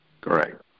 Correct